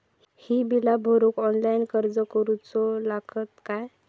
ही बीला भरूक ऑनलाइन अर्ज करूचो लागत काय?